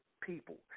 people